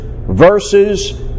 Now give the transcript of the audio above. verses